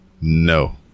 No